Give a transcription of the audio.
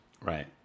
Right